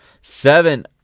Seven